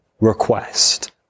request